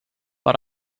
but